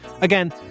Again